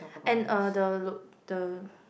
and a the look the